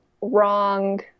wrong